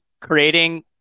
creating